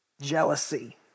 Jealousy